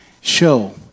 show